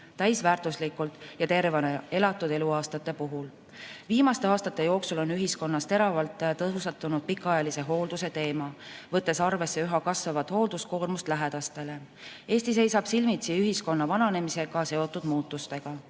täisväärtuslikult ja tervena elatud eluaastate puhul. Viimaste aastate jooksul on ühiskonnas teravalt tõusetunud pikaajalise hoolduse teema, võttes arvesse üha kasvavat hoolduskoormust lähedastele. Eesti seisab silmitsi ühiskonna vananemisega seotud muutustega.